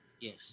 yes